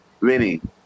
winning